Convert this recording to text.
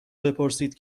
بپرسید